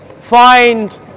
Find